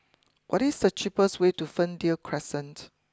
what is the cheapest way to Fernvale Crescent